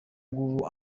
ng’ubu